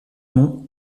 nom